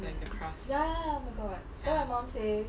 like the crust ya